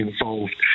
involved